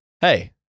Hey